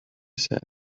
said